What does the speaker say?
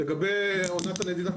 לגבי עונת הנדידה,